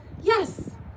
yes